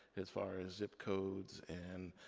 as far as zip codes, and